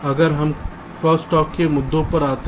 आगे हम cross talk के मुद्दों पर आते हैं